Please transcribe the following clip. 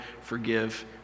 forgive